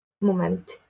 moment